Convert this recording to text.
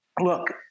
look